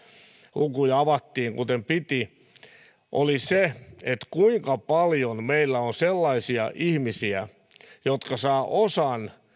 lukuja avattiin kuten pitikin niin minulle oli kyllä yllätys kuinka paljon meillä on sellaisia ihmisiä jotka saavat osan